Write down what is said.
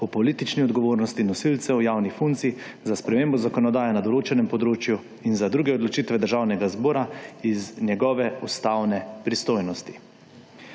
o politični odgovornosti nosilcev javnih funkcij, za spremembo zakonodaje na določenem področju in za druge odločitve Državnega zbora iz njegove ustavne pristojnosti.